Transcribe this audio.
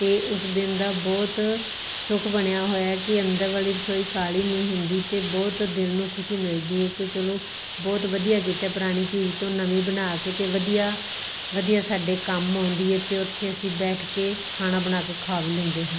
ਅਤੇ ਉਸ ਦਿਨ ਦਾ ਬਹੁਤ ਸੁੱਖ ਬਣਿਆ ਹੋਇਆ ਕਿ ਅੰਦਰ ਵਾਲੀ ਰਸੋਈ ਕਾਲੀ ਨਹੀਂ ਹੁੰਦੀ ਅਤੇ ਬਹੁਤ ਦਿਲ ਨੂੰ ਖੁਸ਼ੀ ਮਿਲਦੀ ਹੈ ਕਿ ਚਲੋ ਬਹੁਤ ਵਧੀਆ ਕੀਤਾ ਪੁਰਾਣੀ ਚੀਜ਼ ਤੋਂ ਨਵੀਂ ਬਣਾ ਕੇ ਅਤੇ ਵਧੀਆ ਵਧੀਆ ਸਾਡੇ ਕੰਮ ਆਉਂਦੀ ਹੈ ਅਤੇ ਉੱਥੇ ਅਸੀਂ ਬੈਠ ਕੇ ਖਾਣਾ ਬਣਾ ਕੇ ਖਾ ਵੀ ਲੈਂਦੇ ਹਾਂ